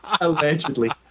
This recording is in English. Allegedly